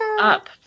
up